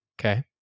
Okay